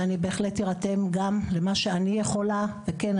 ואני בהחלט אירתם במה שאני יכולה כן,